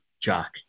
Jack